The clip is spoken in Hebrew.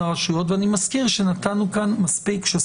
אני אסביר אחרת מה יקרה,